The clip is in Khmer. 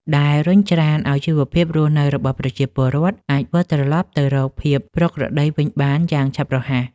ដែលរុញច្រានឱ្យជីវភាពរស់នៅរបស់ប្រជាពលរដ្ឋអាចវិលត្រឡប់ទៅរកភាពប្រក្រតីវិញបានយ៉ាងឆាប់រហ័ស។